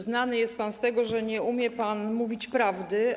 Znany jest pan z tego, że nie umie pan mówić prawdy.